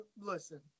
Listen